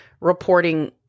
reporting